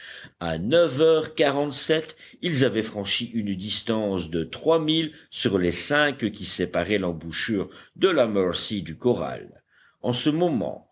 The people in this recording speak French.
à neuf heures quarante-sept ils avaient franchi une distance de trois milles sur les cinq qui séparaient l'embouchure de la mercy du corral en ce moment